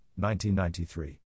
1993